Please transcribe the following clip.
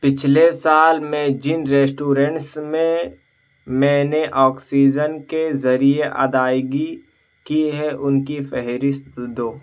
پچھلے سال میں جن ریسٹورنٹس میں میں نے آکسیزن کے ذریعے ادائیگی کی ہے ان کی فہرست دو